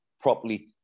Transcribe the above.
properly